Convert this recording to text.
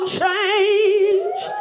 change